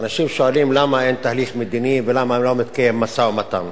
אנשים שואלים למה אין תהליך מדיני ולמה לא מתקיים משא-ומתן.